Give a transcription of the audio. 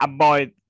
avoid